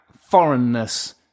foreignness